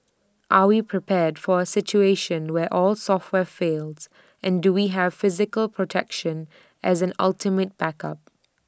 are we prepared for A situation where all software fails and do we have physical protection as an ultimate backup